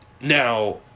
now